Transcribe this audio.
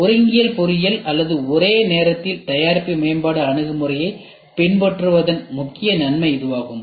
ஒருங்கியல் பொறியியல் அல்லது ஒரே நேரத்தில் தயாரிப்பு மேம்பாட்டு அணுகுமுறையைப் பின்பற்றுவதன் முக்கிய நன்மை இதுவாகும்